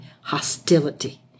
hostility